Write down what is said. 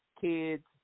kids